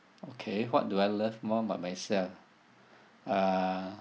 okay what do I love more about myself uh